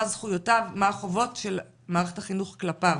מה זכויותיו ומה החובות של מערכת החינוך כלפיו.